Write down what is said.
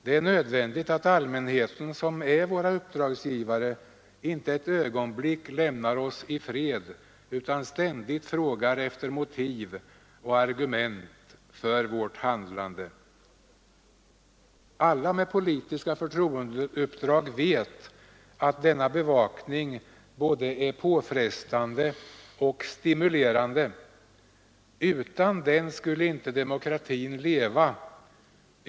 Det är nödvändigt att allmänheten, som är vår uppdragsgivare, inte ett ögonblick lämnar oss i fred utan ständigt frågar efter motiv och argument för vårt handlande. Alla med politiska förtroendeuppdrag vet att denna bevakning både är påfrestande och stimulerande. Utan den skulle inte demokratin leva.